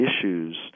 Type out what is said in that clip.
issues